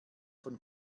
von